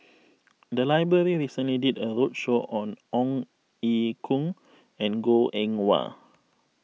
the library recently did a roadshow on Ong Ye Kung and Goh Eng Wah